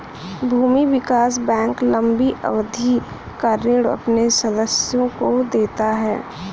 भूमि विकास बैंक लम्बी अवधि का ऋण अपने सदस्यों को देता है